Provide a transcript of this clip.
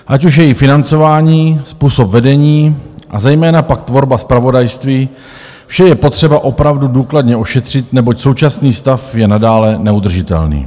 Ať už její financování, způsob vedení a zejména pak tvorba zpravodajství, vše je potřeba opravdu důkladně ošetřit, neboť současný stav je nadále neudržitelný.